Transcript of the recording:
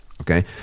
okay